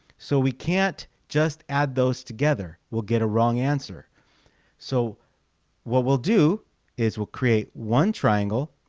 so we can't just add those together. we'll get a wrong answer so what we'll do is we'll create one triangle.